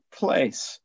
place